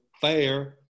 fair